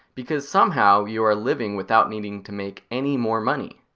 because somehow you are living without needing to make any more money.